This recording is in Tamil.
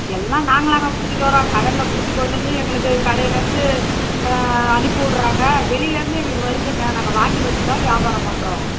எல்லாம் நாங்களாங்க பிடிச்சிட்டு வரோம் கடலில் பிடிச்சி கொண்டு வந்து எங்களுக்கு கடையிலருந்து அனுப்பிவிட்றாங்க வெளியிலருந்து எங்களுக்கு வருதுங்க நாங்கள் வாங்கி வச்சுதான் வியாபாரம் பண்ணுறோம்